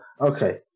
okay